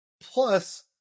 Plus